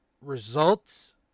results